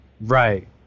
Right